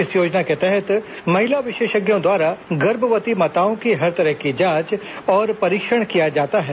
इस योजना के तहत महिला विशेषज्ञों द्वारा गर्भवती माताओं की हर तरह की जांच और परीक्षण किया जाता है